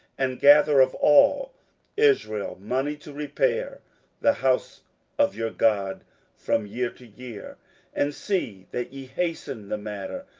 and gather of all israel money to repair the house of your god from year to year, and see that ye hasten the matter.